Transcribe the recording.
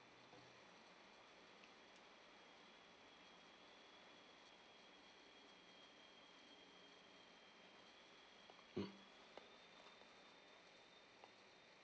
mm